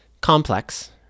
complex